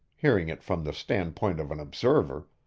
hearing it from the standpoint of an observer,